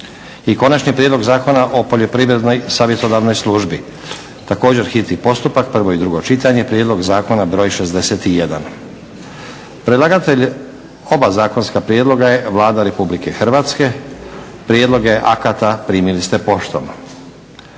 57., 9. Prijedlog zakona o Poljoprivrednoj savjetodavnoj službi, s konačnim prijedlogom zakona, hitni postupak, prvo i drugo čitanje, P.Z. br. 61 Predlagatelj oba zakonska prijedloga je Vlada Republike Hrvatske. Prijedloge akata primili ste poštom.